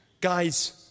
Guys